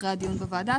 אחרי הדיון בוועדה?